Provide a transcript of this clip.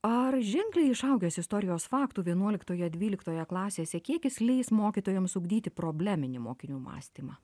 ar ženkliai išaugęs istorijos faktų vienuoliktoje dvyliktoje klasėse kiekis leis mokytojams ugdyti probleminį mokinių mąstymą